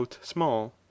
small